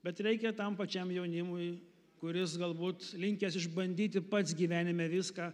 bet reikia tam pačiam jaunimui kuris galbūt linkęs išbandyti pats gyvenime viską